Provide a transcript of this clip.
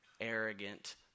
arrogant